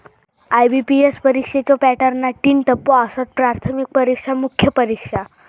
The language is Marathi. आय.बी.पी.एस परीक्षेच्यो पॅटर्नात तीन टप्पो आसत, प्राथमिक परीक्षा, मुख्य परीक्षा